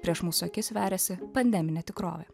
prieš mūsų akis veriasi pandeminė tikrovė